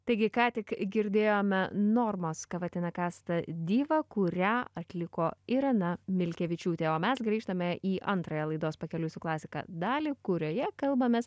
taigi ką tik girdėjome normos kavatiną kasta diva kurią atliko irena milkevičiūtė o mes grįžtame į antrąją laidos pakeliui su klasika dalį kurioje kalbamės